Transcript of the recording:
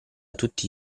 tutti